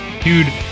dude